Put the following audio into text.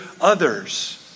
others